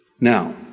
Now